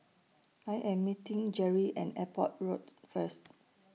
I Am meeting Jeri At Airport Road First